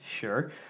sure